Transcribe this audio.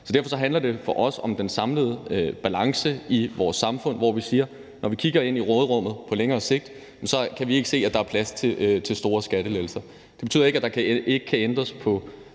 Så derfor handler det for os om den samlede balance i vores samfund, hvor vi siger, at når vi kigger ind i råderummet på længere sigt, kan vi ikke se, at der er plads til store skattelettelser. Det betyder ikke, at der ikke kan ændres på